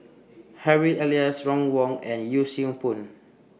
Harry Elias Ron Wong and Yee Siew Pun